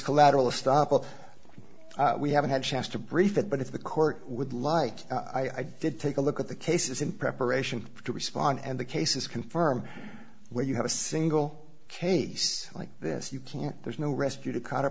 collateral estoppel we haven't had a chance to brief it but if the court would like i did take a look at the cases in preparation to respond and the cases confirm where you have a single case like this you can't there's no rescue to